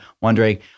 wondering